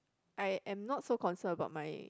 I am not so concern about my